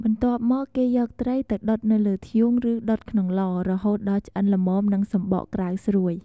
បន្ទាប់មក គេយកត្រីទៅដុតនៅលើធ្យូង ឬដុតក្នុងឡ រហូតដល់ឆ្អិនល្មម និងសំបកក្រៅស្រួយ។